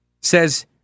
says